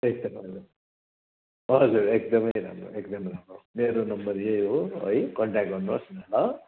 एकदम राम्रो हजुर एकदमै राम्रो एकदमै राम्रो मेरो नम्बर यही हो है कन्ट्याक्ट गर्नुहोस् न ल